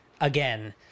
again